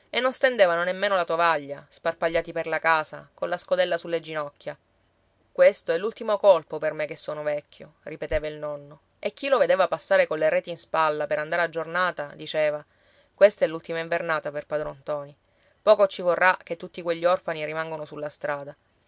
e non stendevano nemmeno la tovaglia sparpagliati per la casa colla scodella sulle ginocchia questo è l'ultimo colpo per me che sono vecchio ripeteva il nonno e chi lo vedeva passare colle reti in spalla per andare a giornata diceva questa è l'ultima invernata per padron ntoni poco ci vorrà che tutti quegli orfani rimangono sulla strada